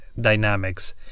dynamics